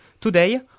Today